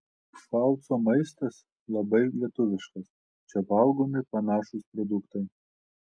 pfalco maistas labai lietuviškas čia valgomi panašūs produktai